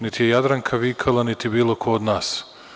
Niti je Jadranka vikala niti bilo ko od nas.